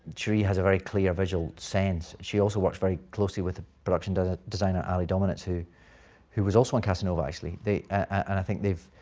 sheree has a very clear visual sense. she also works very closely with production ah designer ally dominitz who who was also on casanova, actually they, and i think they've,